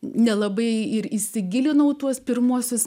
nelabai ir įsigilinau tuos pirmuosius